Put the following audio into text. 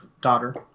daughter